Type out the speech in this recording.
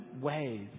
ways